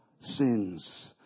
sins